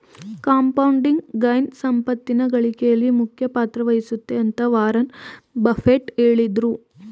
compounding gain ಸಂಪತ್ತಿನ ಗಳಿಕೆಯಲ್ಲಿ ಮುಖ್ಯ ಪಾತ್ರ ವಹಿಸುತ್ತೆ ಅಂತ ವಾರನ್ ಬಫೆಟ್ ಹೇಳಿದ್ರು